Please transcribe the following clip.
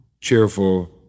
cheerful